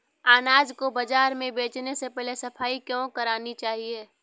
अनाज को बाजार में बेचने से पहले सफाई क्यो करानी चाहिए?